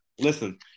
listen